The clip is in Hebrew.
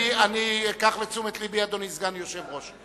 אני אקח לתשומת לבי, אדוני סגן היושב-ראש.